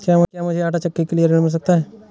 क्या मूझे आंटा चक्की के लिए ऋण मिल सकता है?